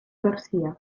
garcia